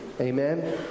Amen